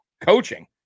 coaching